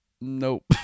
Nope